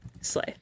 Slay